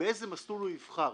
באיזה מסלול הוא יבחר.